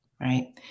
right